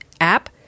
app